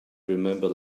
remember